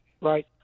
right